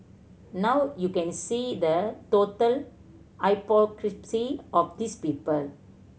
now you can see the total hypocrisy of these people